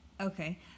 Okay